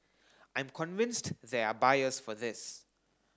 I'm convinced there are buyers for this